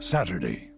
Saturday